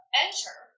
enter